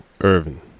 Irvin